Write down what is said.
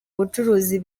bucuruzi